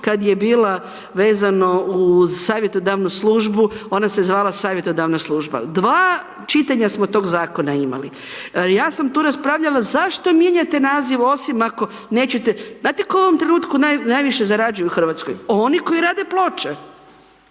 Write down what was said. kad je bila vezano uz savjetodavnu službu, ona se zvala savjetodavna služba. Dva čitanja smo tog zakona imali. Ja sam tu raspravljala zašto mijenjate naziv osim ako nećete, znate tko u ovom trenutku najviše zarađuje u Hrvatskoj? Oni koji rade ploče